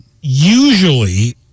usually